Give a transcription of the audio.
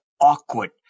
awkward